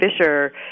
Fisher